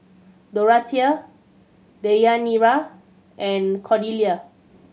Dorathea Deyanira and Cordelia